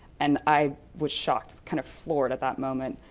and i was shocked, kind of floored at that moment,